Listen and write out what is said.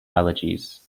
allergies